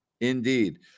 Indeed